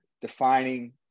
defining